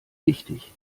wichtig